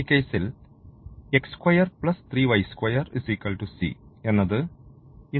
ഈ കേസിൽ x2 3y2 c എന്നത് ഈ